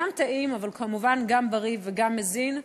גם טעים, אבל כמובן גם בריא וגם מזין.